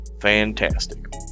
fantastic